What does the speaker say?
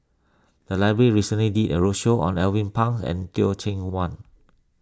the library recently did a roadshow on Alvin Pang and Teh Cheang Wan